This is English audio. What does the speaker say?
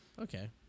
Okay